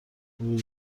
ورود